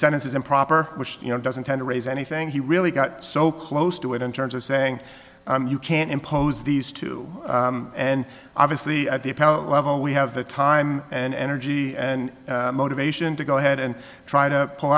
sentence is improper which you know doesn't tend to raise anything he really got so close to it in terms of saying you can't impose these two and obviously at the appellate level we have the time and energy and motivation to go ahead and try to pull